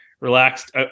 relaxed